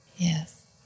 Yes